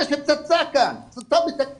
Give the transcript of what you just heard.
זאת פצצה מתקתקת.